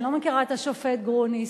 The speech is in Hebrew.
אני לא מכירה את השופט גרוניס.